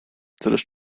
coraz